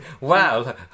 Wow